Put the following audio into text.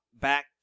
back